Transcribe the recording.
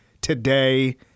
today